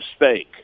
mistake